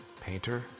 painter